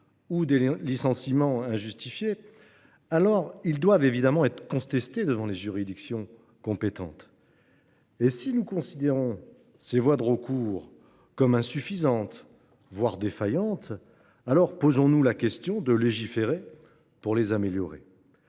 ou des licenciements injustifiés, ces derniers doivent évidemment être contestés devant les juridictions compétentes. Si nous considérons que ces voies de recours sont insuffisantes, voire défaillantes, envisageons de légiférer pour les améliorer.